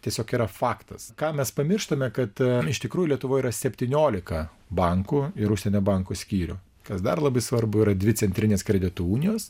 tiesiog yra faktas ką mes pamirštame kad iš tikrųjų lietuvoje yra septyniolika bankų ir užsienio bankų skyrių kas dar labai svarbu yra dvi centrinės kredito unijos